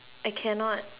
I cannot